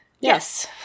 yes